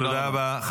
תודה רבה.